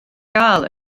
gael